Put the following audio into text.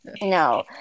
no